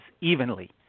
evenly